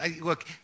Look